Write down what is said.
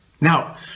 now